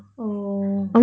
oh